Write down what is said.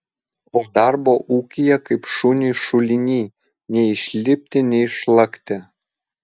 o darbo ūkyje kaip šuniui šuliny nei išlipti nei išlakti